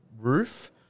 roof